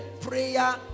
prayer